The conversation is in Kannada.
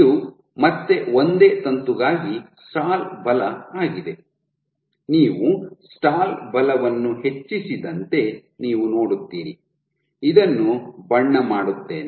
ಇದು ಮತ್ತೆ ಒಂದೇ ತಂತುಗಾಗಿ ಸ್ಟಾಲ್ ಬಲ ಆಗಿದೆ ನೀವು ಸ್ಟಾಲ್ ಬಲವನ್ನು ಹೆಚ್ಚಿಸಿದಂತೆ ನೀವು ನೋಡುತ್ತೀರಿ ಇದನ್ನು ಬಣ್ಣ ಮಾಡುತ್ತೇನೆ